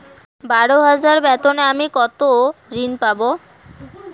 বারো হাজার বেতনে আমি কত ঋন পাব?